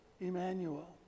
Emmanuel